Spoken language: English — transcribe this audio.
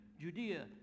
Judea